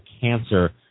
cancer